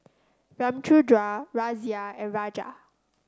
Ramchundra Razia and Raja